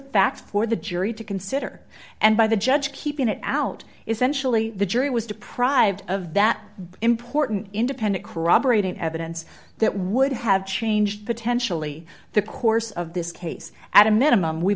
fact for the jury to consider and by the judge keeping it out essentially the jury was deprived of that important independent corroborating evidence that would have changed potentially the course of this case at a minimum we